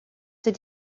ces